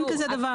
אין דבר כזה.